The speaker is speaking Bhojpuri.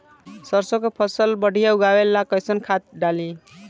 सरसों के फसल बढ़िया उगावे ला कैसन खाद डाली?